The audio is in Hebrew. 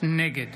נגד